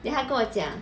then 他跟我讲